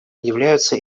являются